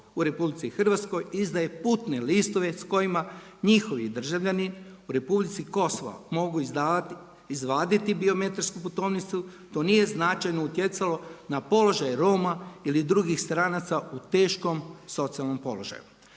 u RH izdaje putne listove s kojima njihovi državljani u Republici Kosovo mogu izvaditi biometrijsku putovnicu to nije značajno utjecalo na položaj Roma ili drugih stranaca u teškom socijalnom položaju,